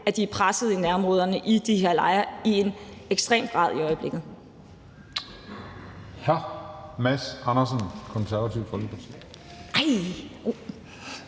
at de er pressede i de her lejre i nærområderne i en ekstrem grad i øjeblikket.